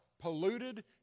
polluted